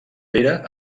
pere